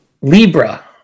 Libra